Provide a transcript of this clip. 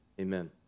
amen